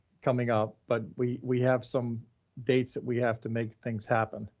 coming up, but we we have some dates that we have to make things happen.